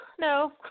No